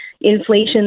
inflation